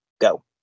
Go